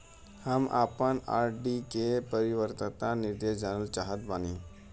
हम आपन R D परिपक्वता निर्देश जानल चाहत बानी